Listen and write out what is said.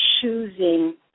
choosing